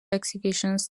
exhibitions